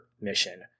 mission